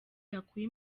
yakuye